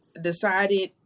decided